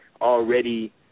already